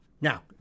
Now